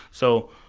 so,